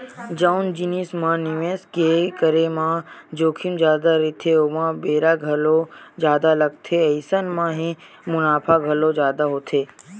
जउन जिनिस म निवेस के करे म जोखिम जादा रहिथे ओमा बेरा घलो जादा लगथे अइसन म ही मुनाफा घलो जादा होथे